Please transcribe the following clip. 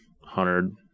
hundred